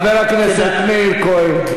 חבר הכנסת מאיר כהן.